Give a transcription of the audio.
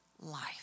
life